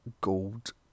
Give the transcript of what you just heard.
gold